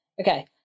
Okay